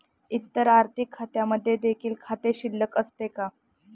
इतर आर्थिक खात्यांमध्ये देखील खाते शिल्लक असते का?